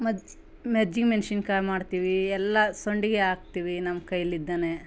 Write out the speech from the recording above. ಮ ಮಜ್ಜಿಗೆ ಮೆಣ್ಸಿನ್ಕಾಯಿ ಮಾಡ್ತೀವಿ ಎಲ್ಲ ಸಂಡಿಗೆ ಹಾಕ್ತಿವಿ ನಮ್ಮ ಕೈಲಿಂದಾನೆ